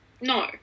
No